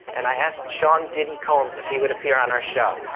and i asked sean diddy combs if he would appear on our show.